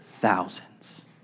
Thousands